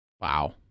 Wow